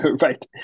right